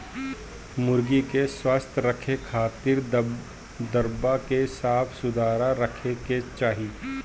मुर्गी के स्वस्थ रखे खातिर दरबा के साफ सुथरा रखे के चाही